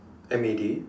M A D